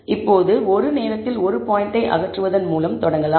இப்போது ஒரு நேரத்தில் ஒரு பாயிண்டை அகற்றுவதன் மூலம் தொடங்கலாம்